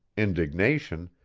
indignation,